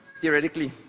theoretically